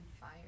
fire